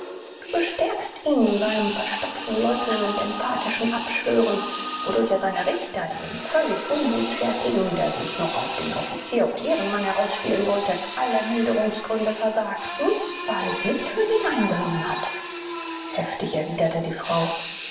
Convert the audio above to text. du bestärkst ihn in seinem verstockten leugnen und emphatischen abschwören wodurch er seine richter die dem völlig unbußfertigen der sich noch auf den offizier und ehrenmann herausspielen wollte alle milderungsgründe versagten wahrlich nicht für sich eingenommen hat heftig erwiderte die frau